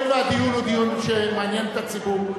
הואיל והדיון הוא דיון שמעניין את הציבור,